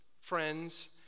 friends